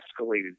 escalated